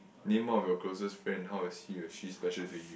name one of your closest friend how is he or she special to you